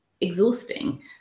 exhausting